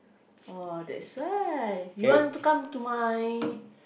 orh that's why you want to come to my